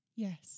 Yes